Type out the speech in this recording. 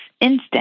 instant